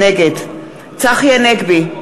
נגד צחי הנגבי,